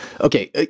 Okay